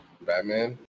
batman